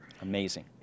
Amazing